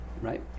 Right